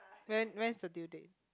when when is the due date